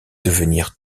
devenir